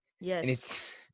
yes